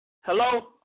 Hello